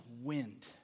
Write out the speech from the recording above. wind